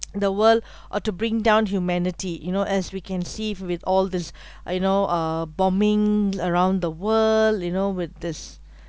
the world or to bring down humanity you know as we can see with all this you know uh bombing around the world you know with this